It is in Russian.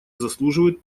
заслуживают